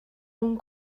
اون